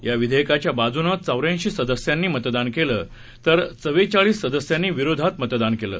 याविधेयकाच्याबाजूनेचौऱ्यांशीसदस्यांनीमतदानकेलंतरचव्वेचाळीससदस्यांनीविरोधातमतदानकेलं